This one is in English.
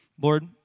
Lord